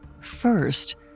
First